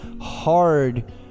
hard